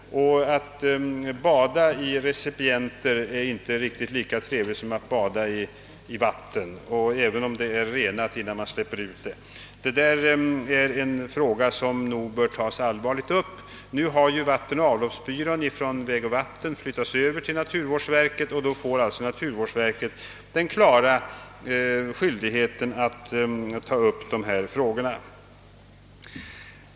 Att bada i recipienter är inte riktigt lika trevligt som att bada i rent vatten, även om avloppsvattnet renas innan det släpps ut. Detta är en fråga som nog bör tas upp allvarligt. Vägoch vattenbyggnadsstyrelsens avloppsbyrå flyttas ju nu över till naturvårdsverket, och naturvårdsverket får alltså klar skyldighet att ta upp dessa problem.